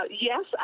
Yes